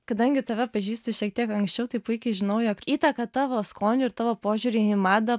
kadangi tave pažįstu šiek tiek anksčiau tai puikiai žinau jog įtaką tavo skoniui ir tavo požiūriui į madą